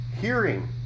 hearing